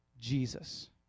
Jesus